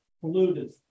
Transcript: polluted